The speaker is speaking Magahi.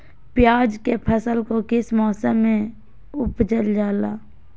प्याज के फसल को किस मौसम में उपजल जाला?